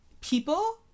people